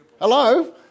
Hello